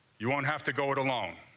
you won't have to go it alone.